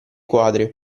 quadri